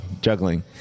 Juggling